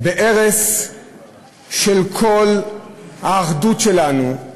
הערש של כל האחדות שלנו,